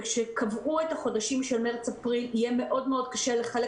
כשקבעו את החודשים מרץ-אפריל יהיה קשה מאוד לחלק